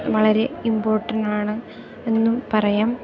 വളരെ ഇമ്പോർട്ടൻറ്റാണ് എന്നും പറയാം